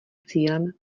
cílem